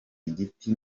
igiti